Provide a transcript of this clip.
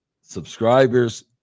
subscribers